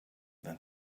than